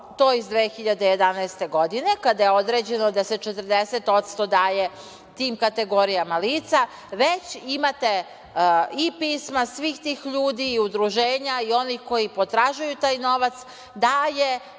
to iz 2011. godine, kada je određeno da se 40% daje tim kategorijama lica, već imate i pisma svih tih ljudi, udruženja i onih koji potražuju taj novac, da je